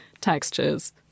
textures